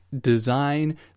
design